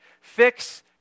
Fix